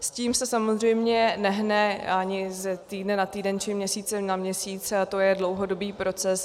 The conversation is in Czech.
S tím se samozřejmě nehne ani z týdne na týden či z měsíce na měsíc, to je dlouhodobý proces.